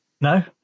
No